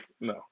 No